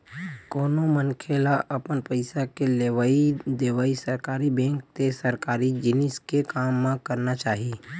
कोनो मनखे ल अपन पइसा के लेवइ देवइ सरकारी बेंक ते सरकारी जिनिस के काम म करना चाही